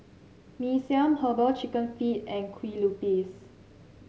Mee Siam Herbal Chicken Feet and Kueh Lupis